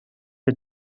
der